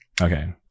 okay